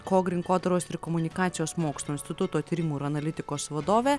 kog rinkodaros ir komunikacijos mokslų instituto tyrimų ir analitikos vadovė